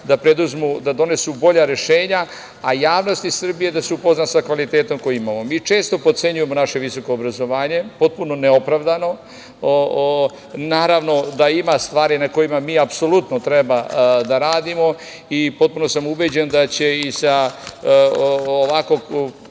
da donesu bolja rešenja, a javnosti Srbije da se upozna sa kvalitetom koji imamo. Mi često potcenjujemo naše visoko obrazovanje, potpuno neopravdano. Naravno da ima stvari na kojima mi apsolutno treba da radimo. Potpuno sam ubeđen da će i sa ovako